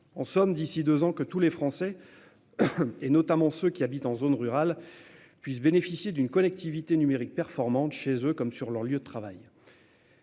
en sorte que, d'ici à deux ans, tous les Français, notamment ceux qui habitent en zone rurale, puissent bénéficier d'une connectivité numérique performante, chez eux comme sur leur lieu de travail.